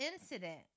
incident